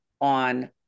on